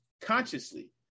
consciously